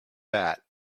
that